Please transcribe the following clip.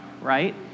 right